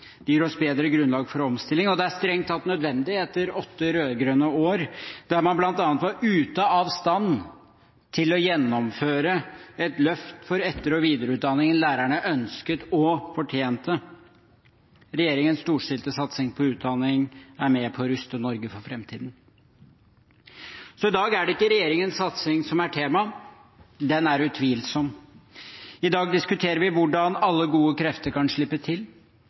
det gir oss bedre grunnlag for omstilling, og det er strengt tatt nødvendig etter åtte rød-grønne år, der man bl.a. var ute av stand til å gjennomføre et løft for etter- og videreutdanningen lærerne ønsket og fortjente. Regjeringens storstilte satsing på utdanning er med på å ruste Norge for framtiden. Så i dag er det ikke regjeringens satsing som er tema – den er utvilsom. I dag diskuterer vi hvordan alle gode krefter kan slippe til,